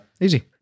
Easy